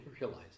realize